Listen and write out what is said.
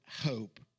hope